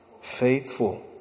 faithful